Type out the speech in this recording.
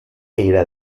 era